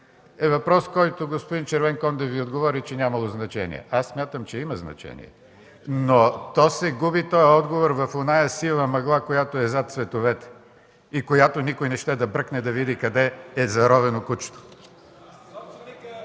е въпрос, на който господин Червенкондев Ви отговори – че нямало значение. Аз смятам, че има значение. Този отговор се губи в онази сива мъгла, която е зад цветовете и в която никой не ще да бръкне, за да види къде е заровено кучето.